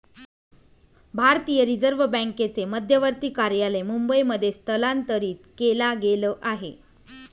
भारतीय रिझर्व बँकेचे मध्यवर्ती कार्यालय मुंबई मध्ये स्थलांतरित केला गेल आहे